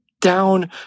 down